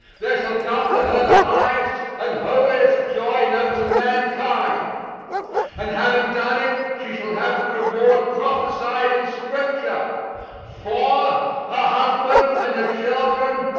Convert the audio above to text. there shall come to her the highest and holiest joy known to mankind and having done it, she shall have the reward prophesied in scripture for her husband and her children,